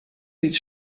sieht